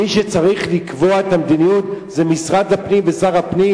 מי שצריך לקבוע את המדיניות זה משרד הפנים ושר הפנים.